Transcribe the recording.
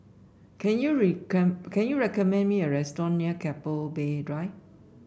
can you can you recommend me a restaurant near Keppel Bay Drive